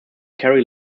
kerry